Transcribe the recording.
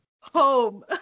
home